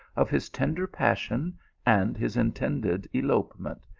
of his tender passion and his intended elopement,